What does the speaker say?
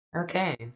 Okay